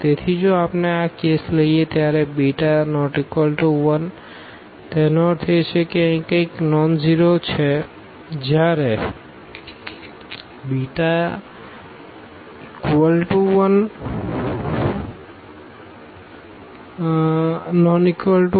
તેથી જો આપણે આ કેસ લઈએ ત્યારેβ≠ 1 તેનો અર્થ એ કે અહીં કંઈક નોનઝીરો છે જ્યારે β≠ 1